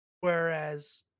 whereas